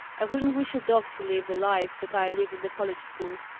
i wouldn't wish a dog to live the life that i live in the college school.